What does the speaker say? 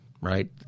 right